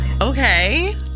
Okay